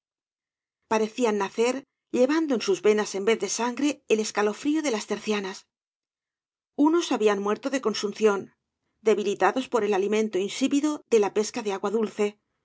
parecían nacer llevando en bus venas en vez de sangre el escalofrío de las tercianas unos habían muerto de consunción debilitados por el alimento insípido de la pesca de agua dulce